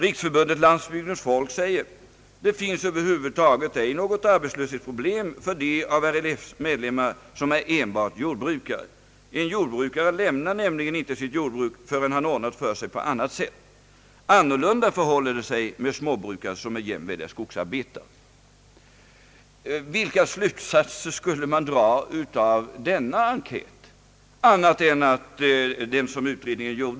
Riksförbundet Landsbygdens folk säger: »Det finns över huvud taget ej något arbetslöshetsproblem för de av RLF:s medlemmar som enbart är jordbrukare. En jordbrukare lämnar nämligen inte sitt jordbruk förrän han ordnat för sig på annat sätt.» Annorlunda förhåller det sig med småbrukare som jämväl är skogsarbetare. Vilka slutsatser skulle man dra av denna enkät annat än den som utredningen drog?